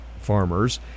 farmers